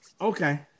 Okay